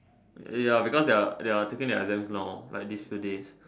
ya because they're they're taking their exam now like these few days